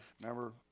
remember